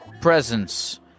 presence